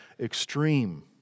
extreme